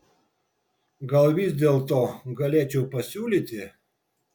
gal vis dėlto galėčiau pasiūlyti